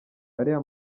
ariya